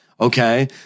Okay